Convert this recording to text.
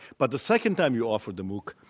but the second time you offer the mooc,